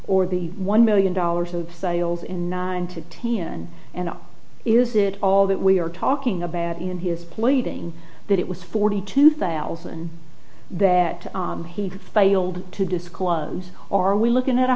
or the one million dollars of sales and nine to ten and is it all that we are talking about in his pleading that it was forty two thousand that he failed to disclose or are we looking at a